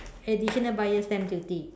additional buyer's stamp duty